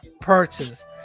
purchase